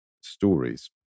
stories